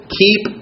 keep